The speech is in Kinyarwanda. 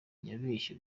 yabeshye